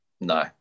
No